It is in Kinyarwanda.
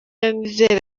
niyonizera